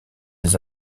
des